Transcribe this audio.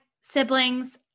siblings